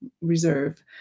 reserve